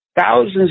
thousands